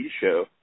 show